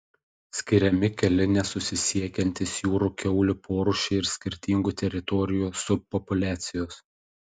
skiriami keli nesusisiekiantys jūrų kiaulių porūšiai ir skirtingų teritorijų subpopuliacijos